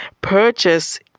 purchase